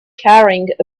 carrying